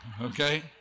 okay